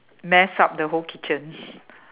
mess up the whole kitchen